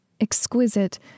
exquisite